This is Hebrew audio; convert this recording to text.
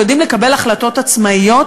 ויודעים לקבל החלטות עצמאיות